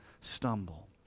stumble